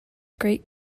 great